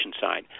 side